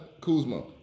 Kuzma